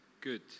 Good